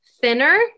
thinner